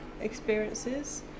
experiences